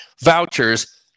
vouchers